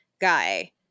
guy